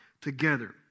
together